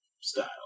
style